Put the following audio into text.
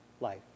life